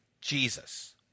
Jesus